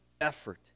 effort